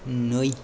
नै